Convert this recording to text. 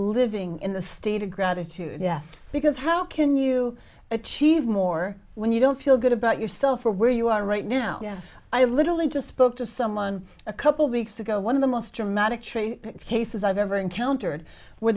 living in the state of gratitude yes because how can you achieve more when you don't feel good about yourself or where you are right now i literally just spoke to someone a couple weeks ago one of the most dramatic cases i've ever encountered where